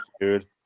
dude